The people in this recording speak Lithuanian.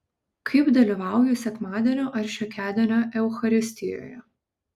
kaip dalyvauju sekmadienio ar šiokiadienio eucharistijoje